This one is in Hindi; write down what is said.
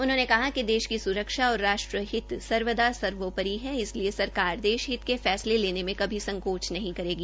उन्होंने कहा कि देश की सुरक्षा और राष्ट्र हित सर्वदा सर्वोपरि है इसलिए सरकार देश के हित के फैसले लेने में कभी संकोच नहीं करेगी